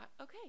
okay